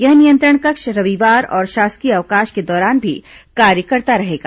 यह नियंत्रण कक्ष रविवार और शासकीय अवकाश के दौरान भी कार्य करता रहेगा